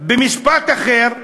משפט אחר,